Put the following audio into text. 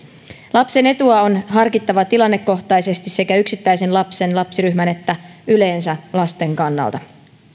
lapsen etua on harkittava tilannekohtaisesti sekä yksittäisen lapsen lapsiryhmän että yleensä lasten kannalta